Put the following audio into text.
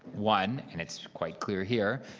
one, and it's quite clear here,